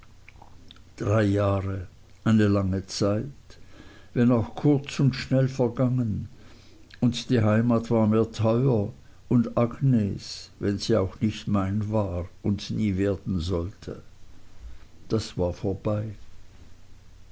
drei jahre eine lange zeit wenn auch kurz und schnell vergangen und die heimat war mir teuer und agnes wenn sie auch nicht mein war und nie werden sollte das war vorbei